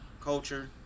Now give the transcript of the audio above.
culture